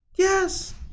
Yes